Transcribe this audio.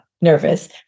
nervous